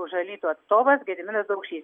už alytų atstovas gediminas daukšys